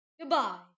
Goodbye